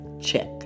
check